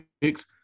picks